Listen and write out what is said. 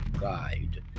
guide